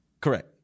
Correct